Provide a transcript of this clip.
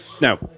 Now